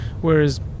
whereas